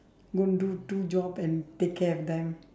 go and do two job and take care of them